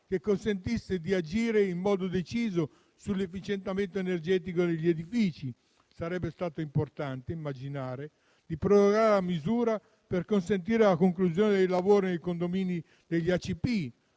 che consentisse di agire in modo deciso sull'efficientamento energetico degli edifici. Sarebbe stato importante immaginare di prorogare la misura per consentire la conclusione dei lavori nei condomini IACP,